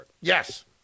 Yes